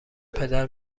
پدر